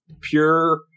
pure